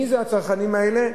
מי זה הצרכנים האלה?